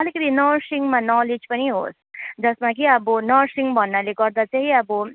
अलिकति नर्सिङमा नलेज पनि होस् जसमा कि अब नर्सिङ भन्नाले गर्दा चाहिँ अब